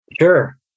Sure